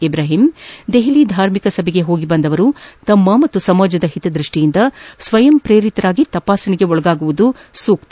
ಇಬ್ರಾಹಿಂ ದೆಹಲಿಯ ಧಾರ್ಮಿಕ ಸಭೆಗೆ ಹೋಗಿ ಬಂದವರು ತಮ್ಮ ಹಾಗೂ ಸಮಾಜದ ಹಿತದೃಷ್ಲಿಯಿಂದ ಸ್ವಯಂಪ್ರೇರಿತರಾಗಿ ತಪಾಸಣೆಗೆ ಒಳಗಾಗುವುದು ಒಳ್ಳೆಯ ಸಂಗತಿ